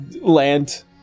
land